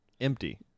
empty